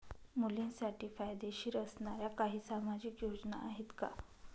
मुलींसाठी फायदेशीर असणाऱ्या काही सामाजिक योजना आहेत का?